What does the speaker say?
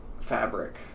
fabric